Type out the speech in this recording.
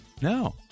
No